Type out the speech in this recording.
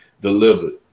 delivered